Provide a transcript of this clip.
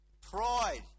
pride